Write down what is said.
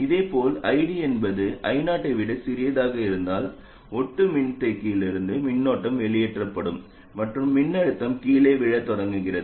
இதேபோல் ID என்பது I0 ஐ விட சிறியதாக இருந்தால் ஒட்டு மின்தேக்கியிலிருந்து மின்னோட்டம் வெளியேற்றப்படும் மற்றும் மின்னழுத்தம் கீழே விழத் தொடங்குகிறது